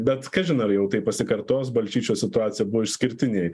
bet kažin ar jau tai pasikartos balčyčio situacija buvo išskirtinė